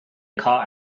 car